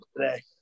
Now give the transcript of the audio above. today